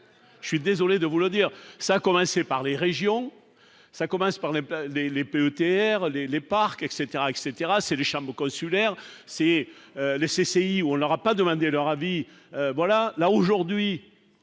je suis désolé de vous le dire, ça a commencé par les régions, ça commence par les les pays OTRE les les parcs etc, etc c'est les chambres consulaires et les CCI, où on leur a pas demandé leur avis, voilà là aujourd'hui